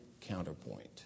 counterpoint